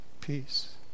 peace